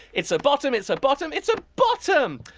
it's a bottom. it's a bottom. it's a bottom.